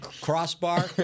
crossbar